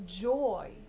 joy